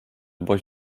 boś